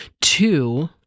Two